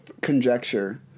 conjecture